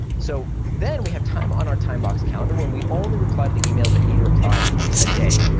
so then we have time on our timebox calendar when we only reply to the emails that need a reply today,